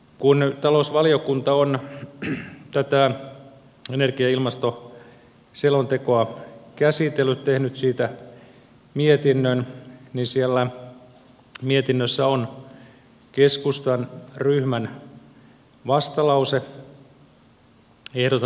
kun talousvaliokunta on tätä energia ja ilmastoselontekoa käsitellyt tehnyt siitä mietinnön niin siellä mietinnössä on keskustan ryhmän vastalause